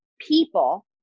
people